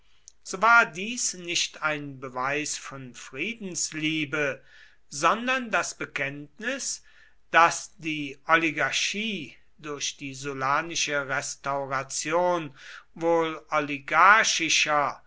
so war dies nicht ein beweis von friedensliebe sondern das bekenntnis daß die oligarchie durch die sullanische restauration wohl